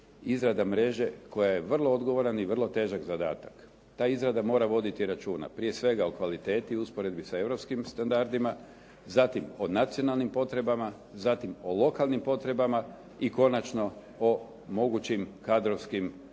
izrada mreže koja je vrlo odgovoran i vrlo težak zadatak. Ta izrada mora voditi računa prije svega o kvaliteti, o usporedbi sa europskim standardima, zatim o nacionalnim potrebama, zatim o lokalnim potrebama i konačno o mogućim kadrovskim,